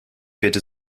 bitte